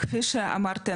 כפי שאמרתי,